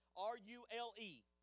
R-U-L-E